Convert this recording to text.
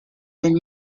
than